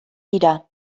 dira